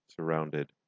surrounded